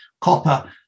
copper